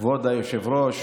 כבוד היושב-ראש,